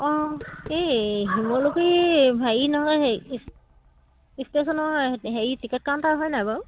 অঁ এই শিমলুগুৰি হেৰি নহয় হে ষ্টেচনৰ হেৰি টিকেট কাউণ্টাৰ হয় নাই বাৰু